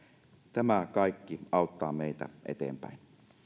tämä kaikki auttaa meitä eteenpäin